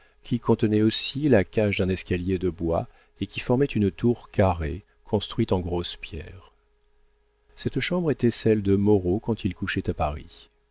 qui contenait aussi la cage d'un escalier de bois et qui formait une tour carrée construite en grosses pierres cette chambre était celle de moreau quand il couchait à paris